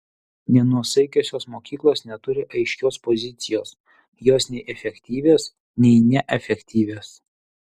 nenuosaikiosios mokyklos neturi aiškios pozicijos jos nei efektyvios nei neefektyvios